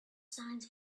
signs